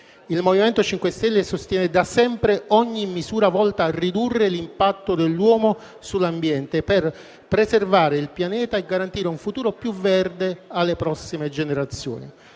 Il MoVimento 5 Stelle sostiene da sempre ogni misura volta a ridurre l'impatto dell'uomo sull'ambiente per preservare il pianeta e garantire un futuro più verde alle prossime generazioni.